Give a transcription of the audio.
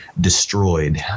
destroyed